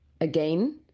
Again